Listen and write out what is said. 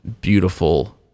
beautiful